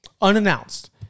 unannounced